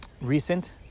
recent